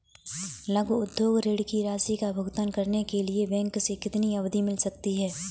लघु उद्योग ऋण की राशि का भुगतान करने के लिए बैंक से कितनी अवधि मिल सकती है?